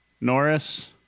Norris